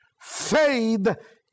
faith